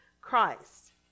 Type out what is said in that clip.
Christ